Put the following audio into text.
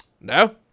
No